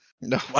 No